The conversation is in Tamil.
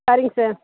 சரிங்க சார்